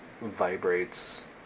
vibrates